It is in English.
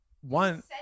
one